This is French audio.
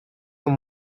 dans